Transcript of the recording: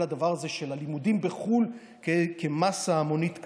כל הדבר הזה של הלימודים בחו"ל כמסה המונית כזאת.